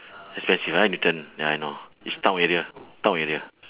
especially I like newton ah ya I know it's town area town area